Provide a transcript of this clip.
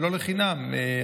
ולא לחינם,